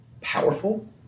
powerful